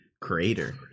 creator